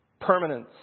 Permanence